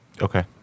Okay